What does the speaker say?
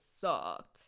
sucked